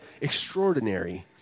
extraordinary